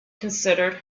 considered